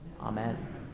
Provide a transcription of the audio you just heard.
Amen